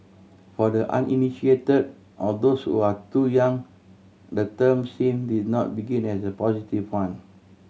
for the uninitiated or those who are too young the term seem did not begin as a positive one